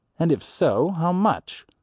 and if so, how much?